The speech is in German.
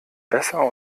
besser